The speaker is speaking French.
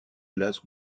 glace